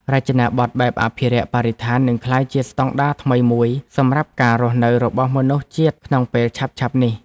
រចនាប័ទ្មបែបអភិរក្សបរិស្ថាននឹងក្លាយជាស្តង់ដារថ្មីមួយសម្រាប់ការរស់នៅរបស់មនុស្សជាតិក្នុងពេលឆាប់ៗនេះ។